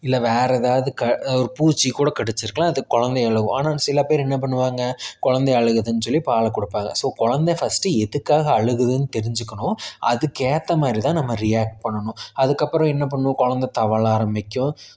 இல்லை வேற ஏதாவது க ஒரு பூச்சி கூட கடிச்சிருக்கலாம் அது குலந்தைகள ஆனால் சில பேர் என்ன பண்ணுவாங்கள் குலந்தை அழுகுதுன்னு சொல்லி பாலை கொடுப்பாங்க ஸோ குலந்த ஃபஸ்ட்டு எதுக்காக அழுகுதுன்னு தெரிஞ்சுக்கணும் அதுக்கேற்ற மாதிரி தான் நம்ம ரியாக்ட் பண்ணணும் அதுக்கப்புறம் என்ன பண்ணும் குலந்த தவழ ஆரம்பிக்கும்